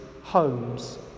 homes